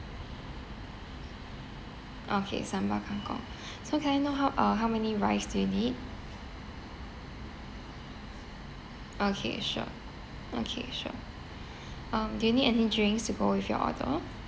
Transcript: okay sambal kangkong so can I know how uh how many rice do you need okay sure okay sure um do you need any drinks to go with your order